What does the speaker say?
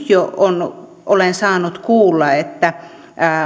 jo nyt olen saanut kuulla että